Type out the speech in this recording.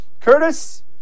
Curtis